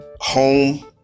home